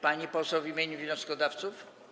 Pani poseł w imieniu wnioskodawców?